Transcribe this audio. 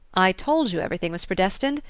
i told you everything was predestined!